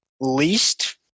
least